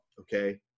okay